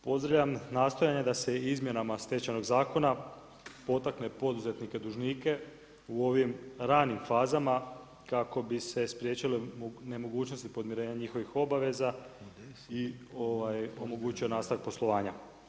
Pozdravljam nastojanja da se i izmjenama Stečajnog zakona potakne poduzetnike dužnike u ovim ranim fazama kako bi se spriječile nemogućnosti podmirenja njihovih obaveza i omogućio nastavak poslovanja.